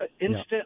instant